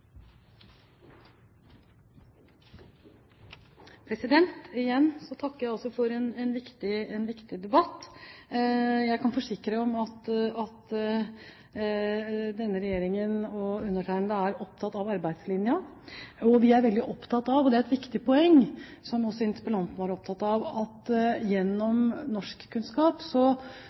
dette. Igjen takker jeg for en viktig debatt. Jeg kan forsikre om at denne regjeringen og undertegnede er opptatt av arbeidslinjen, og vi er veldig opptatt av – det er et viktig poeng, som også interpellanten var opptatt av – at gjennom